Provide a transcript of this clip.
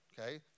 Okay